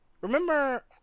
Remember